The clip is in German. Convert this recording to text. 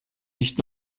nicht